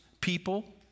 people